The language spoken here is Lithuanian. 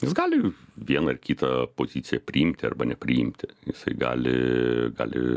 jis gali vieną ar kitą poziciją priimti arba nepriimti jisai gali gali